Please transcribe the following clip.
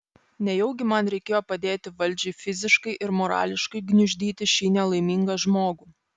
nejaugi man reikėjo padėti valdžiai fiziškai ir morališkai gniuždyti šį nelaimingą žmogų